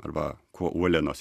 arba kuo uolienos